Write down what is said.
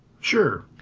Sure